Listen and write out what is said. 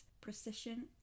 precision